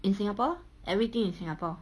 in singapore lor everything in singapore